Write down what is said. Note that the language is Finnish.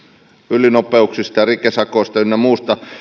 ylinopeuksista ja rikesakoista ynnä muusta